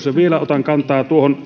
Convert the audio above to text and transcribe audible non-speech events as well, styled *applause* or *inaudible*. *unintelligible* ja vielä otan kantaa tuohon